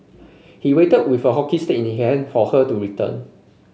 he waited with a hockey stick in he hand for her to return